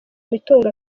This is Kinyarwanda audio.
imitungo